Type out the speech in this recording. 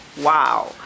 wow